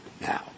now